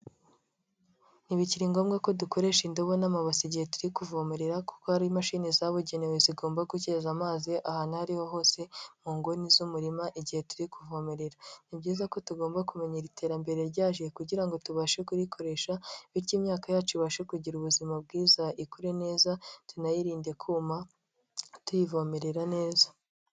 Ntibikiri ngombwa ko dukoresha indobo n'amabasi igihe turi kuvomerera, kuko hari imashini zabugenewe zigomba gugeza amazi ahantu ariho hose mu inguni z'umurima igihe turi kuvomerera. Ni byiza ko tugomba kumenyamenyera iterambere ryaje kugira ngo tubashe kurikoresha, bityo imyaka yacu ibashe kugira ubuzima bwiza ,ikure neza tunayirinde kuma tuyivomerera neza.